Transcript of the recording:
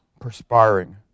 perspiring